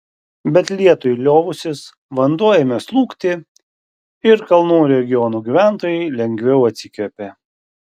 bet lietui liovusis vanduo ėmė slūgti ir kalnų regionų gyventojai lengviau atsikvėpė